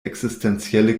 existenzielle